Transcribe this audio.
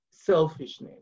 selfishness